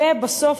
ובסוף,